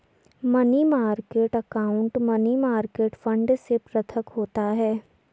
money market account money market fund से पृथक होता है